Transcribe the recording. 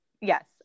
Yes